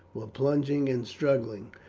were plunging and struggling,